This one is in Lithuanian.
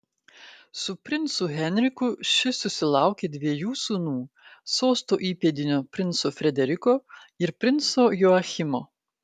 su princu henriku ši susilaukė dviejų sūnų sosto įpėdinio princo frederiko ir princo joachimo